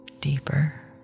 deeper